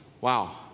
wow